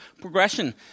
progression